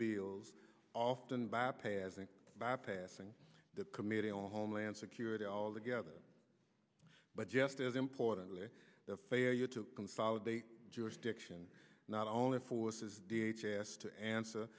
beals often bypassing bypassing the committee on homeland security altogether but just as importantly the failure to consolidate jurisdiction not only focuses d h asked to answer